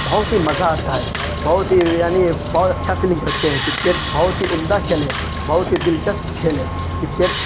بہت ہی مزہ آتا ہے بہت ہی یعنی بہت اچھا فیلنگ کرتے ہیں کرکیٹ بہت ہی عمدہ کھیل ہے بہت ہی دل چسپ کھیل ہے کرکیٹ